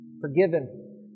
forgiven